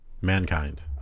Mankind